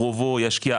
קרובו ישקיע,